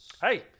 hey